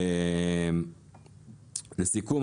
לסיכום,